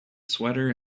sweater